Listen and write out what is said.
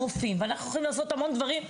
אנחנו יכולים להכשיר רופאים ולעשות המון דברים,